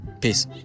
Peace